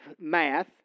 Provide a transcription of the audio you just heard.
math